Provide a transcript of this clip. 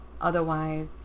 Otherwise